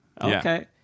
okay